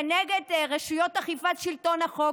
כנגד רשויות אכיפת שלטון החוק.